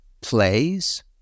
plays